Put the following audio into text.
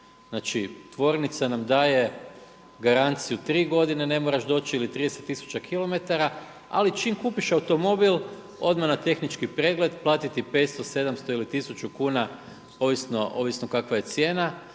Znači, tvornica nam daje garanciju 3 godine ne moraš doći ili 30 tisuća kilometara, ali čim kupiš automobil odmah na tehnički pregled, platiti 500, 700 ili tisuću kuna ovisno kakva je cijena,